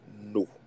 no